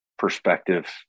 perspective